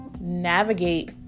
navigate